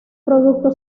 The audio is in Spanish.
producto